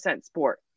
sport